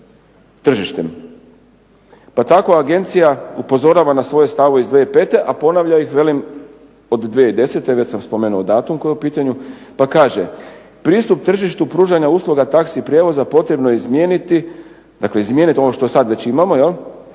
Pa tako agencija upozorava na svoje stavove iz 2005. a ponavlja ih velim od 2010. već sam spomenuo datum koji je u pitanju, pa kaže pristup tržištu pružanja usluga taxi prijevoza potrebno je izmijeniti, dakle izmijeniti ono što sad već imamo na